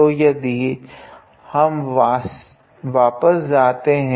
तो यदि हम वापस जाते है